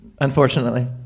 Unfortunately